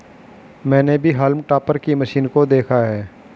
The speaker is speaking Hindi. मैंने भी हॉल्म टॉपर की मशीन को देखा है